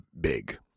big